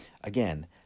Again